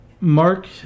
Mark